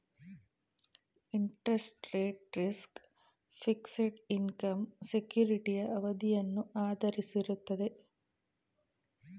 interest rate risk, fixed income ಸೆಕ್ಯೂರಿಟಿಯ ಅವಧಿಯನ್ನು ಆಧರಿಸಿರುತ್ತದೆ